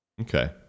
Okay